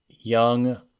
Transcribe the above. young